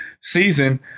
season